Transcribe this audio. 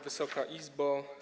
Wysoka Izbo!